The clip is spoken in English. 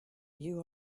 you